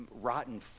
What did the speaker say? rotten